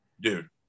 Dude